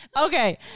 Okay